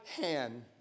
hand